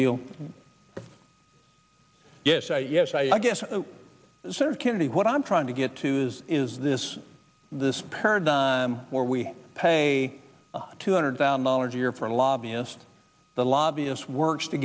feel yes i yes i guess sir candy what i'm trying to get to is is this this paradigm where we pay two hundred thousand dollars a year for a lobbyist the lobbyist works to